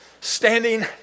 standing